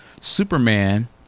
superman